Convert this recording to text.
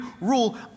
rule